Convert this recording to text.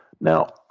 now